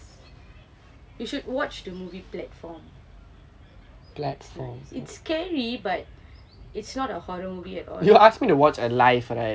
you should watch the movie platform it's nice it's scary but it's not a horror movie at all